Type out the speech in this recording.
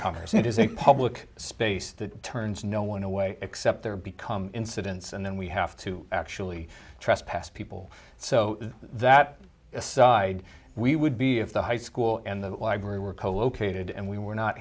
comers it is a public space that turns no one away except there become incidents and then we have to actually trespass people so that aside we would be if the high school and the library were colocated and we were not